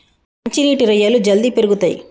మంచి నీటి రొయ్యలు జల్దీ పెరుగుతయ్